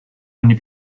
anni